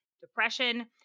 depression